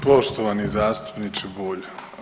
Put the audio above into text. Poštovani zastupniče Bulj.